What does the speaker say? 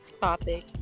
topic